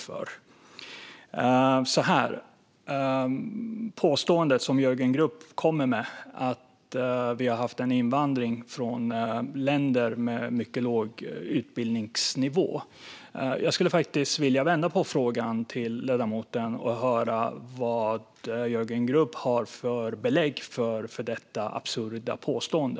Jörgen Grubb kommer med ett påstående att vi har haft en invandring från länder med mycket låg utbildningsnivå. Jag skulle faktiskt vilja vända på frågan och höra vad Jörgen Grubb har för belägg för detta absurda påstående.